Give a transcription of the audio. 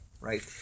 right